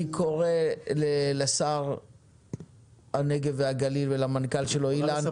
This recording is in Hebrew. אני קורא לשר הנגב והגליל והמנכ"ל שלו --- השר לפיתוח הפריפריה,